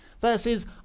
versus